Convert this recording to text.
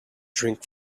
drink